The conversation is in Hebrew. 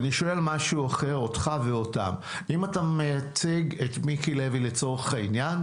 אני שואל משהו אחר אותך ואותם אם אתה מייצג את מיקי לוי לצורך העניין,